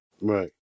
Right